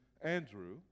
Andrew